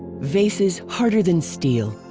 vases harder than steel.